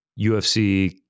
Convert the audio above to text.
UFC